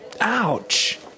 Ouch